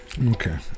Okay